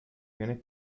bienes